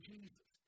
Jesus